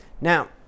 Now